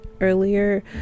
earlier